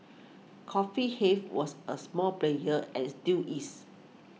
Coffee Hive was a small player and still is